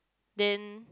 then